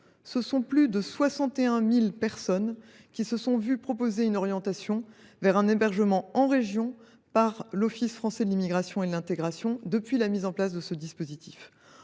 régions. Plus de 61 000 personnes se sont ainsi vu proposer une orientation vers un hébergement en région par l’Office français de l’immigration et de l’intégration (Ofii) depuis la mise en place du dispositif.